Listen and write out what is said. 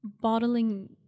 bottling